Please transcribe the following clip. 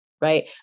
right